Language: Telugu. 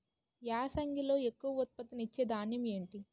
యాసంగిలో ఎక్కువ ఉత్పత్తిని ఇచే ధాన్యం ఏంటి?